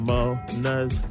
Mona's